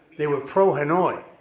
they were pro-hanoi,